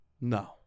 no